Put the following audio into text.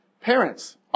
parents